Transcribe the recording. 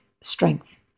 strength